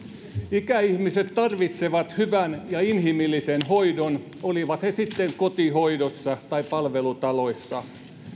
ikäihmiset tarvitsevat hyvän ja inhimillisen hoidon olivat he sitten kotihoidossa tai palvelutaloissa